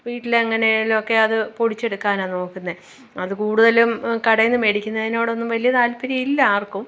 വീട്ടിൽ എങ്ങനേലുമൊക്കെ അതു പൊടിച്ചെടുക്കാനാണ് നോക്കുന്നത് അതു കൂടുതലും കടേന്ന് മേടിക്കുന്നതിനോടൊന്നും വലിയ താത്പര്യമില്ല ആര്ക്കും